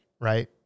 right